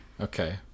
Okay